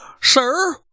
Sir